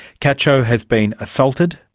cacho has been assaulted,